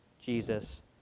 Jesus